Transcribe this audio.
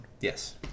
Yes